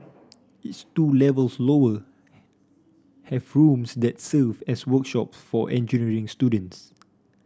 its two levels lower have rooms that serve as workshop for engineering students